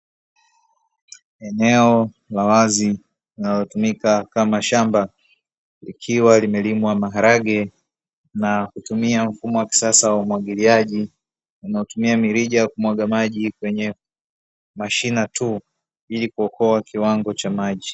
Eneo la wazi linalotumika kama shamba, likiwa limelimwa maharage. Na kutumia mfumo wa kisasa wa umwagiliaji unaotumia mirija kumwaga maji kwenye mashina tu, ili kuokoa kiwango cha maji.